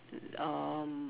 um